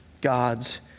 God's